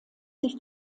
sich